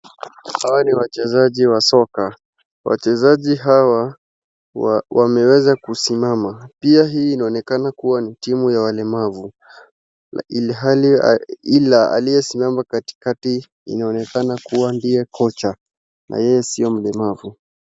Hawa ni wachazaji wa soka. Wachezaji hawa wameweza kusimama. Pia hii inaonekana kuwa ni timu ya walemavu, ilhali ila aliyesimama katikati inaonekana kuwa ndiye kocha. Na yeye sio mlemavu.